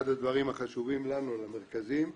אחד הדברים החשובים לנו, למרכזים,